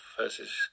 versus